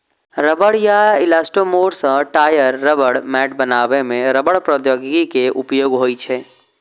रबड़ या इलास्टोमोर सं टायर, रबड़ मैट बनबै मे रबड़ प्रौद्योगिकी के उपयोग होइ छै